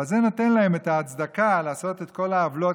אבל זה נותן להם את ההצדקה לעשות את כל העוולות